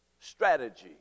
strategy